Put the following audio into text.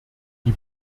die